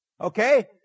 Okay